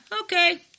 okay